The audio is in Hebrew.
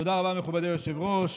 תודה רבה, מכובדי היושב-ראש.